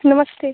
नमस्ते